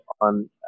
on